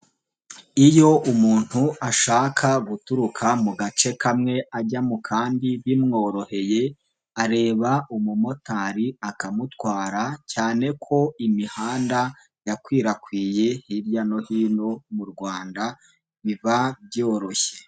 Iyo umuntu ashaka guturuka mu gace kamwe ajya mu kandi bimworoheye, areba umumotari akamutwara, cyane ko imihanda yakwirakwiye, hirya no hino, mu Rwanda biba byoroshye.